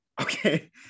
Okay